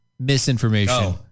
misinformation